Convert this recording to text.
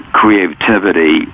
creativity